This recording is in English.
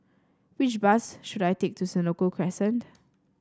which bus should I take to Senoko Crescent